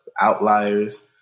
Outliers